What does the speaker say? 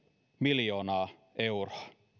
miljoonaa euroa